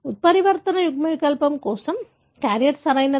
ఉత్పరివర్తన యుగ్మ వికల్పం కోసం క్యారియర్ సరియైనదా